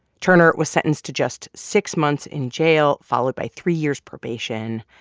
turner was sentenced to just six months in jail, followed by three years' probation.